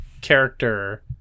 character